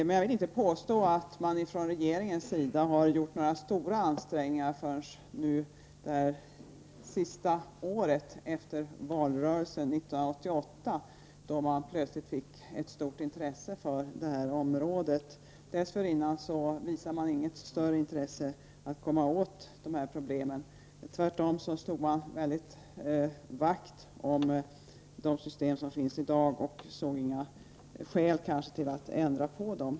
Men jag vill inte påstå att man från regeringens sida har gjort några stora ansträngningar förrän det senaste året — efter valrörelsen 1988 — då man plötsligt fick ett stort intresse för det området. Dessförinnan visade man inget större intresse att komma åt de problemen. Tvärtom slog man vakt om de system som finns i dag och såg inga skäl att ändra på dem.